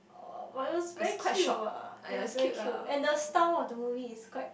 uh but it was very cute [what] it was very cute and the style of the movie is quite